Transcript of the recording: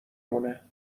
مونه